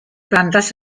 plantas